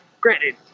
Granted